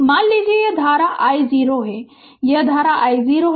मान लीजिए यह धारा i0 है यह धारा i0 है